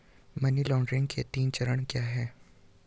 Money laundering के तीन चरण क्या हैं?